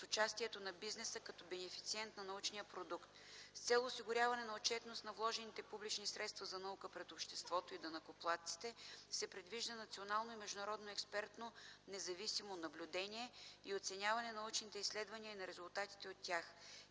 с участието на бизнеса като бенефициент на научния продукт. С цел осигуряване на отчетност на вложените публични средства за наука пред обществото и данъкоплатците се предвижда национално и международно експертно, независимо наблюдение и оценяване на научните изследвания и на резултатите от тях.